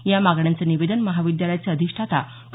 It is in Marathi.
या मागण्यांचं निवेदन महाविद्यालयाचे अधिष्ठाता डॉ